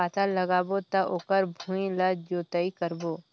पातल लगाबो त ओकर भुईं ला जोतई करबो?